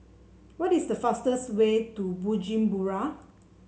what is the fastest way to Bujumbura